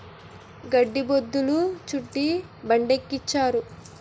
గడ్డి బొద్ధులు చుట్టి బండికెక్కించారు